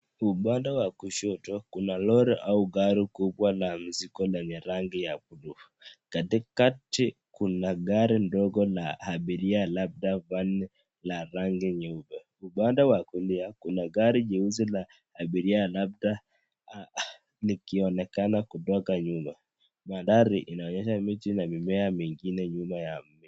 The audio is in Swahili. Upande wa kushoto kuna lori au gari kubwa na mizigo la rangi ya buluu, katikati kuna gari ndogo la abiria labda vani la rangi nyeupe, upande wa kulia kuna gari jeusi la abiria labda likionekena kutoka nyuma, mandhari inaonyesha miti na mimea mingine nyuma ya miti.